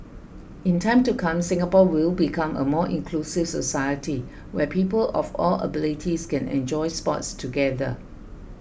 in time to come Singapore will become a more inclusive society where people of all abilities can enjoy sports together